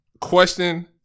question